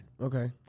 Okay